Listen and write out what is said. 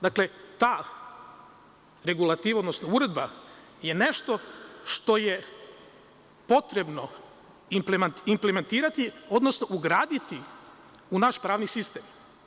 Dakle, ta regulativa, odnosno uredba je nešto što je potrebno implementirati, odnosno ugraditi u naš pravni sistem.